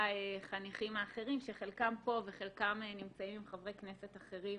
החניכים האחרים שחלקם פה וחלקם נמצאים עם חברי כנסת אחרים